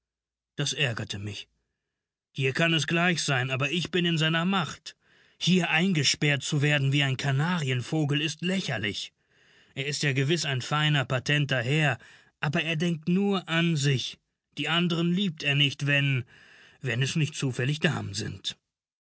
das ärgerte mich dir kann es gleich sein aber ich bin in seiner macht hier eingesperrt zu werden wie ein kanarienvogel ist lächerlich er ist ja gewiß ein feiner patenter herr aber er denkt nur an sich die anderen liebt er nicht wenn wenn es nicht zufällig damen sind